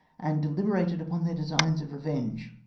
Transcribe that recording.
and deliberated upon theii designs of revenge.